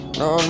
no